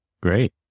great